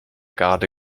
garde